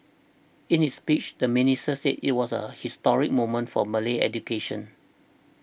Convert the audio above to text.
in his speech the minister said it was a historic moment for Malay education